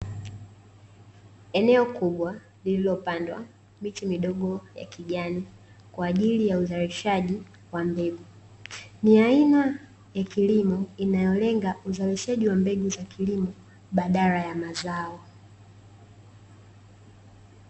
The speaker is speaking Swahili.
Eneo kubwa lililopandwa miti midogo ya kijani, kwa ajili ya uzalishaji wa mbegu. Ni aina ya kilimo, inayolenga uzalishaji wa mbegu za kilimo badala ya mazao.